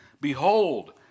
Behold